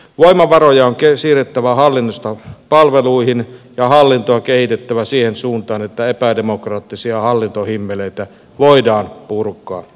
voimavaroja on siirrettävä hallinnosta palveluihin ja hallintoa kehitettävä siihen suuntaan että epädemokraattisia hallintohimmeleitä voidaan purkaa